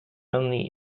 only